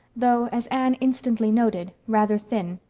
though, as anne instantly noted, rather thin.